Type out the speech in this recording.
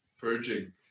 purging